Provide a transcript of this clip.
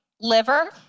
liver